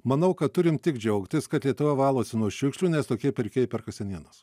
manau kad turim tik džiaugtis kad lietuva valosi nuo šiukšlių nes tokie pirkėjai perka senienas